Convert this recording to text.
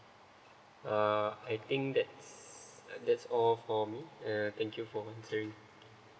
uh I think that's that's all for me err thank you for answering